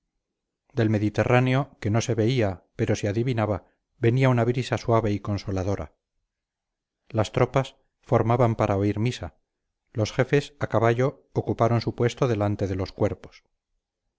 del mediterráneo que no se veía pero se adivinaba venía una brisa suave y consoladora las tropas formaban para oír misa los jefes a caballo ocuparon su puesto delante de los cuerpos